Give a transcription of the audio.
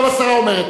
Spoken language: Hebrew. עכשיו השרה.